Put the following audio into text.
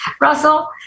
Russell